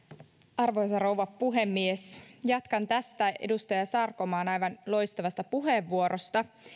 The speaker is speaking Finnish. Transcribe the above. arvoisa rouva puhemies jatkan tästä edustaja sarkomaan aivan loistavasta puheenvuorosta